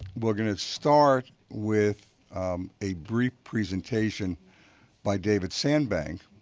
we're going to start with a brief presentation by david sandbank,